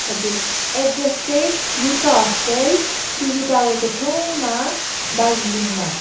हजुर एड्रेस चाहिँ youth hostel TV टावरको छेउमा दार्जिलिङमा